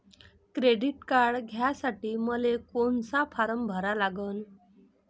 Credit card घ्यासाठी मले कोनचा फारम भरा लागन?